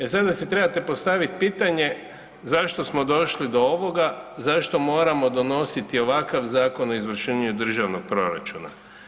E sada si trebate postaviti pitanje zašto smo došli do ovoga, zašto moramo donositi ovakav zakon o izvršenju državnog proračuna?